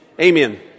Amen